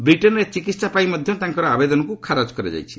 ବ୍ରିଟେନ୍ରେ ଚିକିହା ପାଇଁ ମଧ୍ୟ ତାଙ୍କର ଆବେଦନକୁ ଖାରଜ କରାଯାଇଛି